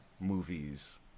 movies